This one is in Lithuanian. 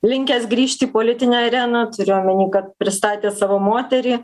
linkęs grįžt į politinę areną turiu omeny kad pristatė savo moterį